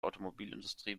automobilindustrie